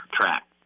track